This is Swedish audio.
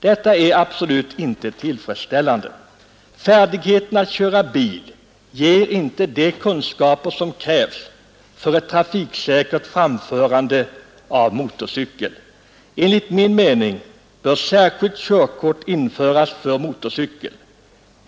Detta är absolut inte tillfredsställande. Färdigheten att köra bil ger inte de kunskaper som krävs för ett trafiksäkert framförande av motorcykel. Enligt min mening bör särskilt körkort införas för motorcykel.